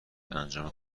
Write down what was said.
انجام